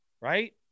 right